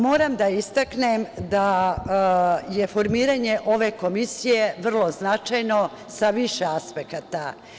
Moram da istaknem da je formiranje ove komisije vrlo značajno sa više aspekata.